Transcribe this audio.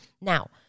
Now